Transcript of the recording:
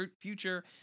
future